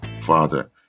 father